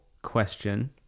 question